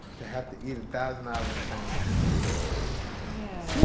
to have to eat a thousand island sandwich yeah.